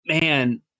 man